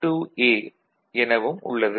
A எனவும் உள்ளது